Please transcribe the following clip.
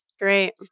Great